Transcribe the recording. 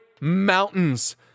mountains